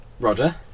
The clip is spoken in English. roger